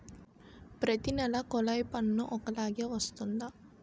ప్రతి నెల కొల్లాయి పన్ను ఒకలాగే వస్తుందా?